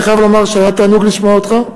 אני חייב לומר שהיה תענוג לשמוע אותך.